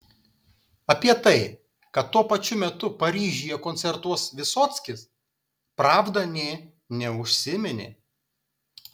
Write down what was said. apie tai kad tuo pačiu metu paryžiuje koncertuos vysockis pravda nė neužsiminė